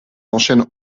enchaîne